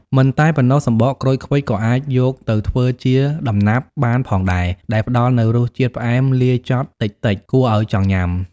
មិនតែប៉ុណ្ណោះ សំបកក្រូចឃ្វិចក៏អាចយកទៅធ្វើជា ដំណាប់ បានផងដែរ ដែលផ្តល់នូវរសជាតិផ្អែមលាយចត់តិចៗ គួរឲ្យចង់ញ៉ាំ។